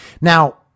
Now